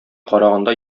караганда